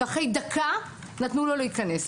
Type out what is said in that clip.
ואחרי דקה נתנו לו להיכנס.